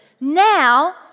Now